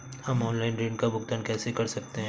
हम ऑनलाइन ऋण का भुगतान कैसे कर सकते हैं?